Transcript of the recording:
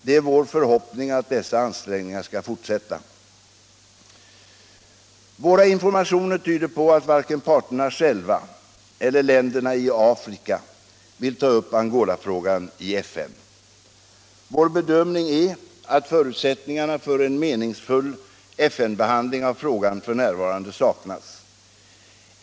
Det är vår förhoppning att dessa ansträngningar skall fortsätta. Våra informationer tyder på att varken parterna själva eller länderna i Afrika vill ta upp Angolafrågan i FN. Vår bedömning är att förutsättningar för en meningsfull FN-behandling av frågan f. n. saknas.